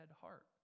heart